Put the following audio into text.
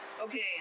Okay